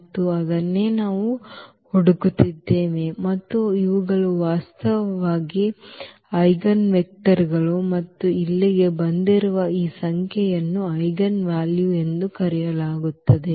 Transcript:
ಮತ್ತು ಅದನ್ನೇ ನಾವು ಹುಡುಕುತ್ತಿದ್ದೇವೆ ಮತ್ತು ಇವುಗಳು ವಾಸ್ತವವಾಗಿ ಐಜೆನ್ ವೆಕ್ಟರ್ ಗಳು ಮತ್ತು ಇಲ್ಲಿಗೆ ಬಂದಿರುವ ಈ ಸಂಖ್ಯೆಯನ್ನು ಐಜೆನ್ ವ್ಯಾಲ್ಯೂಸ್ ಎಂದು ಕರೆಯಲಾಗುತ್ತದೆ